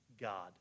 God